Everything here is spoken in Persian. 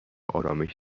ارامش